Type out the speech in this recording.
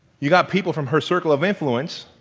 you got people from her circle of influence